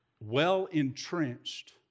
well-entrenched